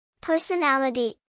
Personality